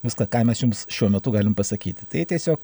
viską ką mes jums šiuo metu galim pasakyti tai tiesiog